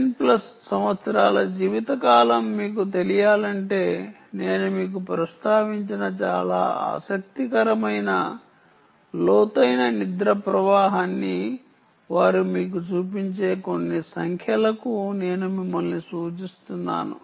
10 plus సంవత్సరాల జీవితకాలం మీకు తెలియాలంటే నేను మీకు ప్రస్తావించిన చాలా ఆసక్తికరమైన లోతైన నిద్ర ప్రవాహాన్ని వారు మీకు చూపించే కొన్ని సంఖ్యలకు నేను మిమ్మల్ని సూచిస్తాను